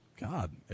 God